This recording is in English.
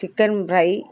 chicken fry